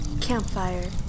Campfire